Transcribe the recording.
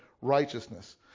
righteousness